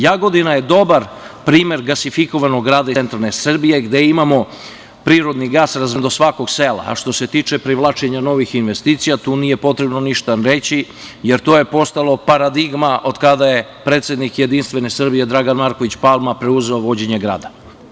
Jagodina je dobar primer gasifikovanog rada iz centralne Srbije gde imamo prirodni gas razveden do svakog sela, a što se tiče privlačenja novih investicija tu nije potrebno ništa reći, jer to je postalo paradigma od kada je predsednik JS Dragan Marković Palma preuzeo vođenje grada.